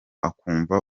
akumva